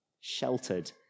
sheltered